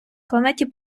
планеті